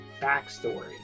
backstory